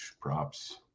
props